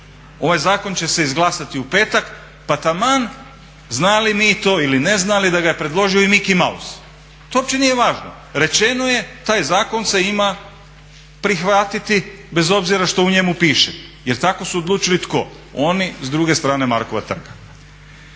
ovaj zakon će se izglasati u petak, pa taman znali mi to ili ne znali da ga je predložio i Micky Mouse. To uopće nije važno. Rečeno je taj zakon se ima prihvatiti bez obzira što u njemu piše, jer tako su odlučili tko oni s druge strane Markova trga.